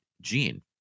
gene